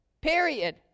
Period